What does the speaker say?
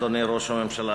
אדוני ראש הממשלה,